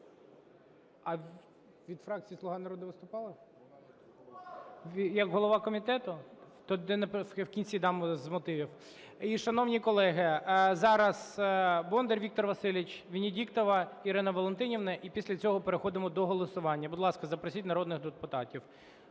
Від фракції "Слуга народу" виступали? Як голова комітету? Вкінці дам з мотивів. І, шановні колеги, зараз Бондар Віктор Васильович, Венедіктова Ірина Валентинівна і після цього переходимо до голосування. Будь ласка. запросіть народних депутатів.